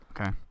Okay